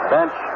Bench